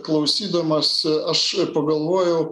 klausydamas aš pagalvojau